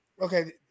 okay